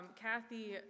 Kathy